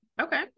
Okay